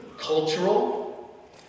Cultural